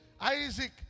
Isaac